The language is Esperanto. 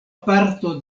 parto